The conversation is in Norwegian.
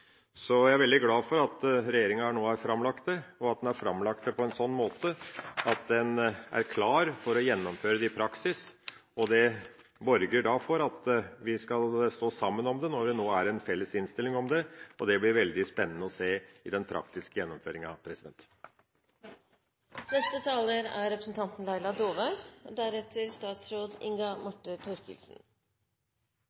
Så jeg er veldig glad for at regjeringa nå har framlagt dette, og at den har framlagt det på en sånn måte at det er klart for å gjennomføres i praksis. Det borger for at vi skal stå sammen om det når vi nå har en felles innstilling, og det blir veldig spennende å se i den praktiske gjennomføringa. Dette er